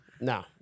No